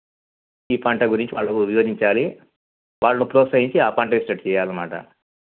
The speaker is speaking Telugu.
ఈ పంట గురించి వాళ్ళు వివరించాలి వాళ్ళను ప్రోత్సహించి ఆ పంట వచ్చేటట్టు చేయాలి అన్నమాట